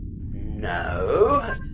No